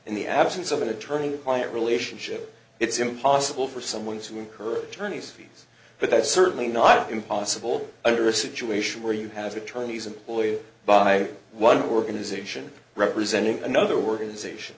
in the absence of an attorney client relationship it's impossible for someone to incur tourney's fees but that's certainly not impossible under a situation where you have to turn these employees by one organization representing another worker ization